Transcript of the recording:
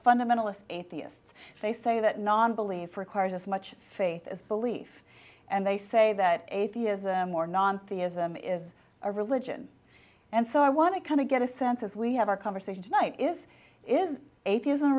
fundamentalist atheists they say that non belief requires as much faith as belief and they say that atheism or non theism is a religion and so i want to kind of get a sense as we have our conversation tonight is is atheism